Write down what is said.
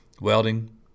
welding